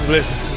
Listen